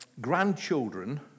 grandchildren